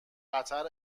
قطر